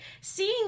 seeing